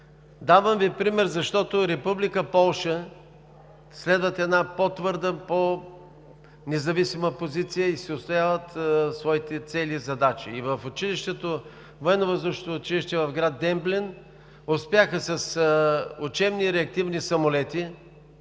Давам Ви пример, защото Република Полша следва една по-твърда, по-независима позиция и отстоява своите цели и задачи. Във Военновъздушното училище в град Демблен успяха с учебни и реактивни самолети,